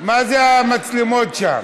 מה זה המצלמות שם?